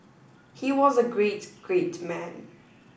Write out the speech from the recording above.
he was a great great man